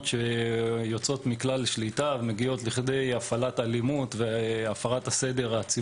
גם השוטרים סופגים את החומרים האלה וגם